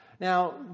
Now